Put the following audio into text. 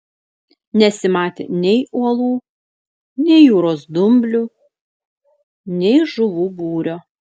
nesimatė nei uolų nei jūros dumblių nei žuvų būrio